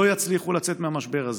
לא יצליחו לצאת מהמשבר הזה.